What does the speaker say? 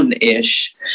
ish